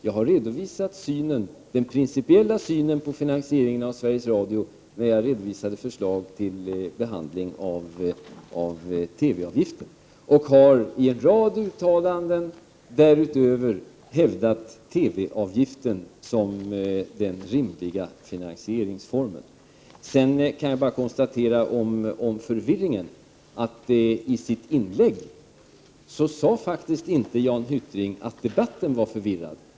När jag redovisade förslaget om behandlingen av TV avgiften, redovisade jag vår principiella syn på finansieringen av Sveriges Radio. I en rad uttalanden därutöver har jag hävdat TV-avgiften såsom den rimliga finansieringsformen. När det gäller förvirringen kan jag bara konstatera att Jan Hyttring i sitt inlägg faktiskt inte sade att debatten var förvirrad.